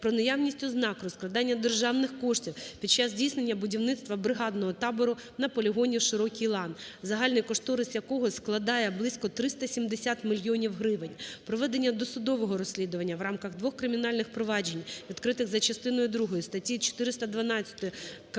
про наявність ознак розкрадання державних коштів під час здійснення будівництва бригадного табору на полігоні "Широкий лан", загальний кошторис якого складає близько 370 мільйонів гривень; проведення досудового розслідування в рамках двох кримінальних проваджень, відритих за частиною другої статті 412